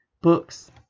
books